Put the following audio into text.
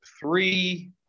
three